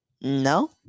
No